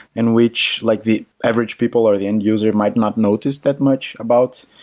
in which like the average people or the end-user might not notice that much about,